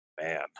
man